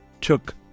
took